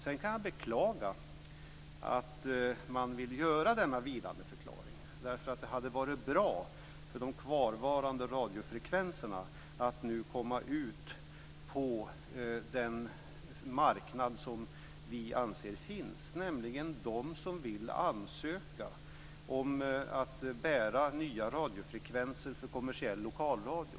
Jag kan beklaga att man vill göra denna vilandeförklaring. Det hade varit bra för de kvarvarande radiofrekvenserna att nu komma ut på den marknad som vi anser finns, nämligen bestående av dem som vill ansöka om att bära nya radiofrekvenser för kommersiell lokalradio.